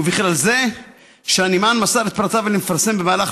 ובכלל זה שהנמען מסר את פרטיו למפרסם במהלך